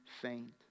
faint